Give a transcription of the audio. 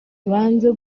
banze